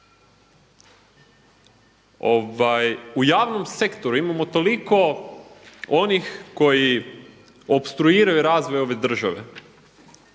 U javnom sektoru imamo toliko onih koji opstruiraju razvoj ove države